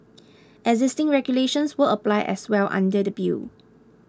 existing regulations will apply as well under the bill